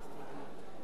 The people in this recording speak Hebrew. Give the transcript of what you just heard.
אין מסתייגים.